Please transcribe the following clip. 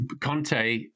Conte